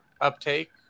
uptake